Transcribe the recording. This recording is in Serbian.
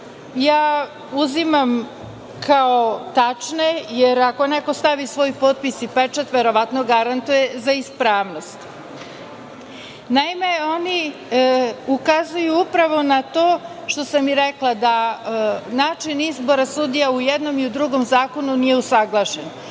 uzimam kao tačne, jer ako neko stavi svoj potpis i pečat, verovatno garantuje za ispravnost. Naime, oni ukazuju upravo na to što sam i rekla da način izbora sudija i u jednom i u drugom zakonu nije usaglašen.